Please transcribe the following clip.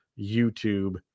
YouTube